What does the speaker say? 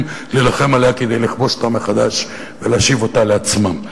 להילחם עליה כדי לכבוש אותה מחדש ולהשיב אותה לעצמם.